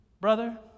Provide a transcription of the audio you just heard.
brother